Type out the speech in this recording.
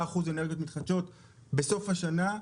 אחוזים אנרגיות מתחדשות בסוף השנה,